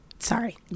sorry